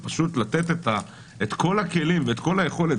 לתת את כל הכלים ואת כל היכולת,